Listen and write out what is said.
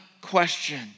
question